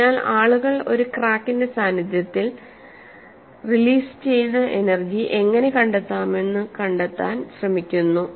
അതിനാൽ ആളുകൾ ഒരു ക്രാക്കിന്റെ സാന്നിധ്യത്തിൽ റിലീസ് ചെയ്യുന്ന എനർജി എങ്ങനെ കണ്ടെത്താമെന്ന് കണ്ടെത്താൻ ശ്രമിക്കുന്നു